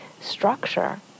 structure